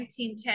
1910